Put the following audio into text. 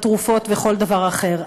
בתרופות וכל דבר אחר.